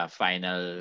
final